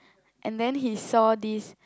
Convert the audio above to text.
and then he saw this